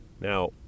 Now